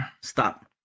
Stop